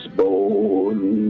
born